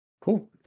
cool